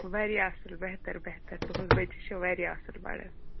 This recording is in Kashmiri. واریاہ اَصٕل بَہتر بَہتر تُہٕنٛز بچی چھِ واریاہ اَصٕل پَران